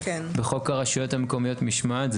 בחוק הרשויות המקומיות משמעת,